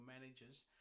managers